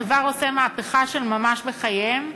הדבר עושה מהפכה של ממש בחייהם,